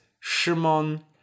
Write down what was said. Shimon